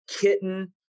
kitten